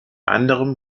anderem